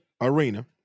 arena